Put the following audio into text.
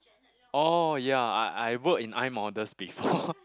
oh ya I I work in iModels before